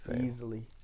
Easily